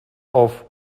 book